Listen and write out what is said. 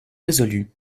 résolus